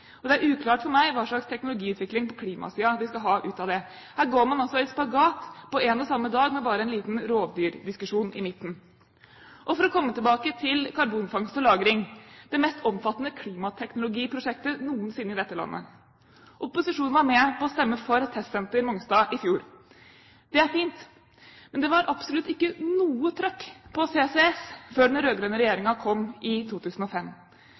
gasskraftverk. Det er uklart for meg hva slags teknologiutvikling på klimasiden de skal ha ut av det. Her går man altså i spagat på én og samme dag – med bare en liten rovdyrdiskusjon i midten. For å komme tilbake til karbonfangst og -lagring og det mest omfattende klimateknologiprosjektet noensinne i denne landet: Opposisjonen var med på å stemme for testsenter Mongstad i fjor. Det er fint. Men det var absolutt ikke noe «trøkk» på CCS før den rød-grønne regjeringen kom i 2005.